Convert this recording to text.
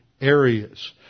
areas